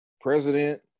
president